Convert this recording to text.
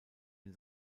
ihn